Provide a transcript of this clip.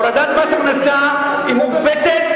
הורדת מס הכנסה היא מעוותת,